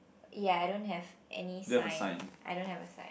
ya I don't have any sign I don't have a sign